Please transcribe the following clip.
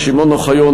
שמעון אוחיון,